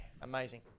amazing